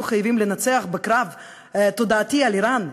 חייבים לנצח בקרב התודעתי על איראן,